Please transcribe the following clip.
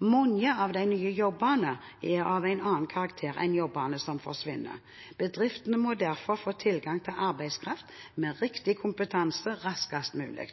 Mange av de nye jobbene er av en annen karakter enn jobbene som forsvinner. Bedriftene må derfor få tilgang til arbeidskraft med riktig kompetanse raskest mulig.